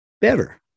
better